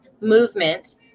movement